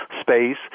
space